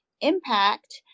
impact